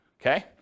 Okay